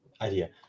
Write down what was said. idea